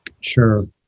Sure